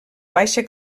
baixa